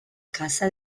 casa